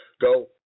go